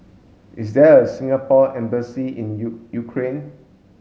is there a Singapore embassy in U Ukraine